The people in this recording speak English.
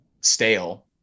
stale